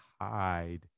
hide